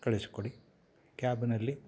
ಕಳಿಸಿಕೊಡಿ ಕ್ಯಾಬ್ನಲ್ಲಿ